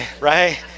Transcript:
Right